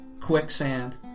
quicksand